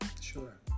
Sure